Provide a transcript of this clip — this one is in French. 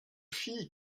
fille